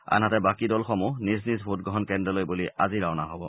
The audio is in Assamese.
আনহাতে বাকী দলসমূহ নিজ নিজ ভোটগ্ৰহণ কেন্দ্ৰলৈ বুলি আজি ৰাওনা হব